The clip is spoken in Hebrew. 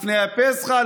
לפני הפסחא,